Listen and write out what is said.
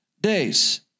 days